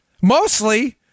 Mostly